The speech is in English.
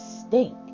stink